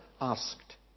asked